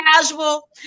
casual